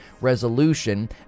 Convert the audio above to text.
resolution